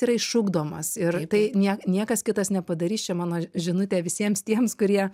yra išugdomas ir tai nie niekas kitas nepadarys čia mano žinutė visiems tiems kurie